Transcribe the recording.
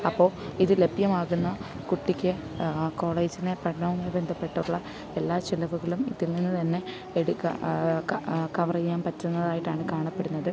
അപ്പോൾ ഇത് ലഭ്യമാകുന്ന കുട്ടിക്ക് കോളേജിനെ പഠനവുമായി ബന്ധപ്പെട്ടുള്ള എല്ലാ ചെലവുകളും ഇതിൽ നിന്ന് തന്നെ എടുക്കാം കവർ ചെയ്യാൻ പറ്റുന്നതായിട്ടാണ് കാണപ്പെടുന്നത്